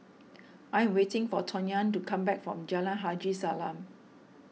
I'm waiting for Tonya to come back from Jalan Haji Salam